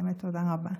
באמת תודה רבה.